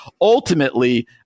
ultimately